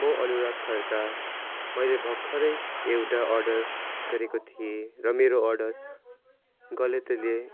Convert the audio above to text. म अनुराग खड्का मैले भर्खरै एउटा अर्डर गरेको थिएँ र मेरो अर्डर गलतीले